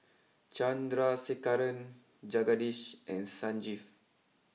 Chandrasekaran Jagadish and Sanjeev